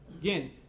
Again